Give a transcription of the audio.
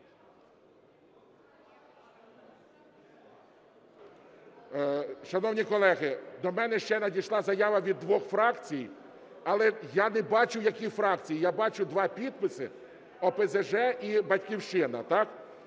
Шановні колеги, до мене ще надійшла заява від двох фракцій, але я не бачу, які фракції, я бачу два підписи. ОПЗЖ і "Батьківщина",